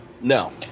no